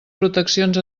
proteccions